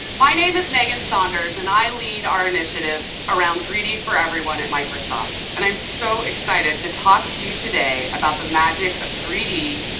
my name is megan saunders, and i lead our initiative around three d for everyone at microsoft. and i'm so excited to talk to you today about the magic of three d,